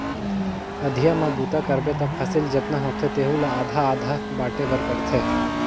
अधिया म बूता करबे त फसल जतना होथे तेहू ला आधा आधा बांटे बर पड़थे